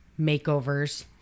makeovers